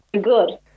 good